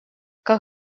как